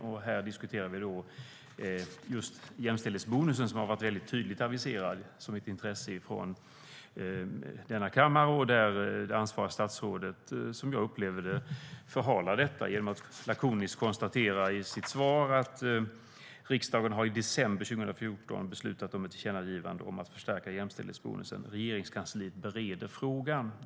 Här diskuterar vi just jämställdhetsbonusen, som har varit väldigt tydligt aviserad som ett intresse från kammaren och som det ansvariga statsrådet, som jag upplever det, förhalar det hela genom att i sitt svar lakoniskt konstatera: "Riksdagen har i december 2014 beslutat om ett tillkännagivande om att förstärka jämställdhetsbonusen. Regeringskansliet bereder frågan."